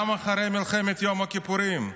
גם אחרי מלחמת יום הכיפורים.